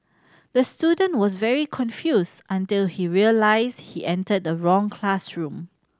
the student was very confused until he realised he entered the wrong classroom